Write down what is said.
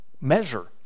measure